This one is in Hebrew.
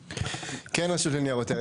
כן, רשות לניירות ערך.